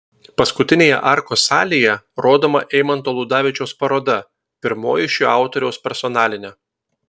paskutinėje arkos salėje rodoma eimanto ludavičiaus paroda pirmoji šio autoriaus personalinė